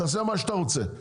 תעשה מה שאתה רוצה,